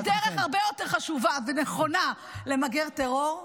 יש דרך הרבה יותר חשובה ונכונה למגר טרור,